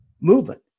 Movement